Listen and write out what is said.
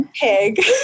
pig